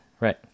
right